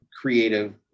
creative